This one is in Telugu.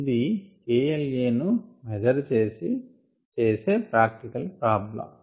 ఇది K L a ను మెజర్ చేసే ప్రాక్టికల్ ప్రాబ్లమ్